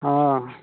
हँ